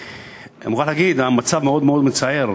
ואני מוכרח להגיד שהמצב מאוד מאוד מצער.